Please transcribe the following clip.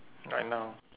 right now